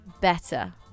better